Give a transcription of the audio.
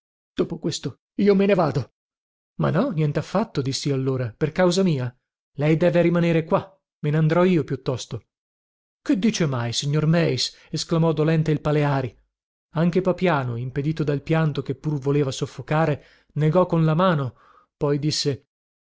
dopo questo io me ne vado ma no nientaffatto dissio allora per causa mia lei deve rimanere qua me nandrò io piuttosto che dice mai signor meis esclamò dolente il paleari anche papiano impedito dal pianto che pur voleva soffocare negò con la mano poi disse